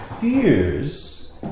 fears